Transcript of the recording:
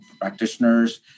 practitioners